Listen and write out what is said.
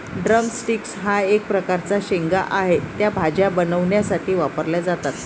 drum sticks हा एक प्रकारचा शेंगा आहे, त्या भाज्या बनवण्यासाठी वापरल्या जातात